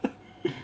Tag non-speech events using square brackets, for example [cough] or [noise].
[laughs]